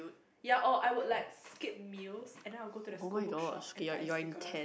ya or I will like skip meals and I will go to the school bookshop and buy sticker